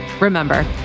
Remember